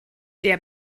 der